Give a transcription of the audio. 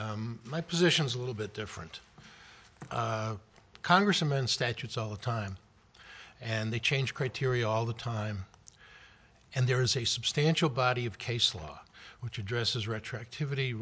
morning my position is a little bit different congressman statutes all the time and they change criteria all the time and there is a substantial body of case law which addresses retroactivity